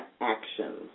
actions